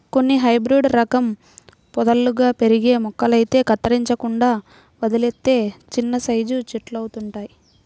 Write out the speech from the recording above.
కొన్ని హైబ్రేడు రకం పొదల్లాగా పెరిగే మొక్కలైతే కత్తిరించకుండా వదిలేత్తే చిన్నసైజు చెట్టులంతవుతయ్